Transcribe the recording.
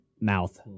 mouth